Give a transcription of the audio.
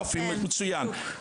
יופי, מצוין.